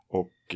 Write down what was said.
och